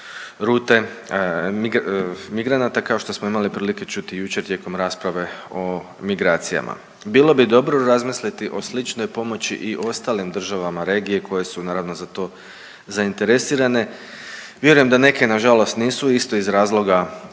rute migranata kao što smo imali prilike čuti jučer tijekom rasprave o migracijama. Bilo bi dobro razmisliti o sličnoj pomoći i ostalim državama regije koje su naravno za to zainteresirane. Vjerujem da neke na žalost nisu, isto iz razloga